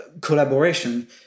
collaboration